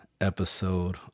episode